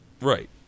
Right